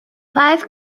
five